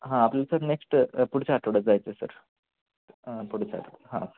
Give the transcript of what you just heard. हां आपलं sir next पुढच्या आठवड्यात जायचं आहे सर पुढच्या आठवड्या हां